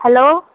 hello